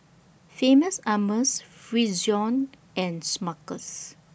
Famous Amos Frixion and Smuckers